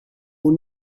will